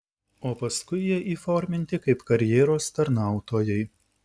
o paskui jie įforminti kaip karjeros tarnautojai